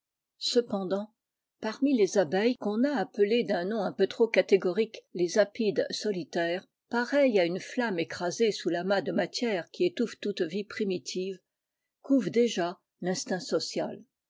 cependant parmi les abeilles qu'on a appelées d'un nom un peu trop catégorique les apides solitaires pareil à une flamme écrasée sous l'amas de matière qui étouffe toute vie primitive couve déjà tinstinct social